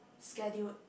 scheduled